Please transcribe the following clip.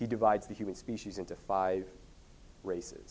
you divide the human species into five races